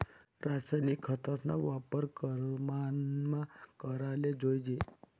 रासायनिक खतस्ना वापर परमानमा कराले जोयजे